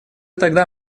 тогда